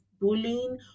bullying